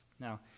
Now